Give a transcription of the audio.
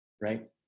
Right